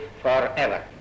forever